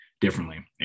differently